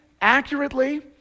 accurately